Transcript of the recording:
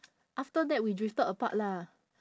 after that we drifted apart lah